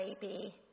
baby